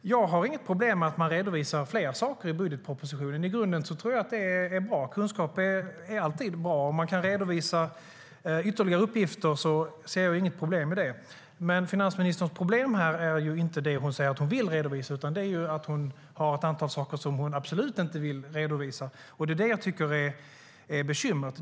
Jag har inget problem med att man redovisar fler saker i budgetpropositionen. I grunden tror jag att det är bra. Kunskap är alltid bra, och om man kan redovisa ytterligare uppgifter ser jag inget problem med det. Finansministerns problem här är dock inte det hon säger att hon vill redovisa, utan det är att hon har ett antal saker som hon absolut inte vill redovisa. Det är det jag tycker är bekymret.